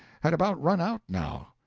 had about run out now.